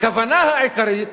הכוונה העיקרית